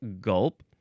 Gulp